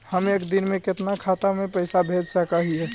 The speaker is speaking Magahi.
हम एक दिन में कितना खाता में पैसा भेज सक हिय?